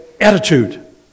attitude